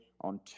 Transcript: on